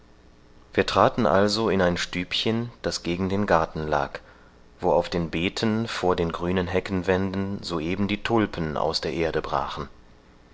wir traten also in ein stübchen das gegen den garten lag wo auf den beeten vor den grünen heckenwänden soeben die tulpen aus der erde brachen